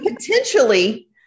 potentially